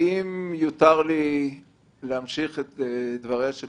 אם יותר לי להמשך את דבריה של